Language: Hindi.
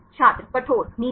छात्र कठोर नीला